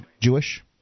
Jewish